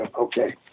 Okay